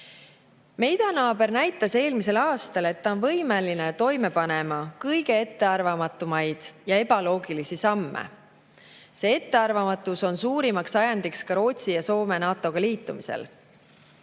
idanaaber näitas eelmisel aastal, et ta on võimeline toime panema kõige ettearvamatumaid ja ebaloogilisi samme. See ettearvamatus on ka Rootsi ja Soome NATO‑ga liitumise